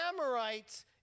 Amorites